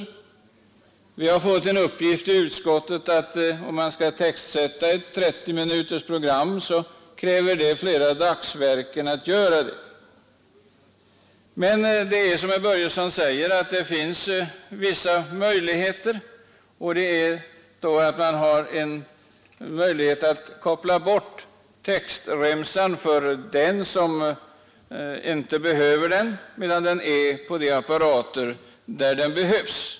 I utskottet har vi fått den uppgiften att ett program om 30 minuter kräver flera dagsverken att textsätta. Som herr Börjesson sade finns det dock vissa möjligheter, bl.a. den att koppla bort textremsan för den som inte behöver den och ha den kvar på de apparater där den behövs.